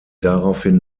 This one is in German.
daraufhin